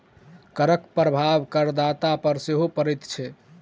करक प्रभाव करदाता पर सेहो पड़ैत छै